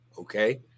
Okay